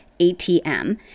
ATM